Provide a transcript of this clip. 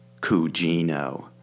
Cugino